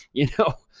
you know,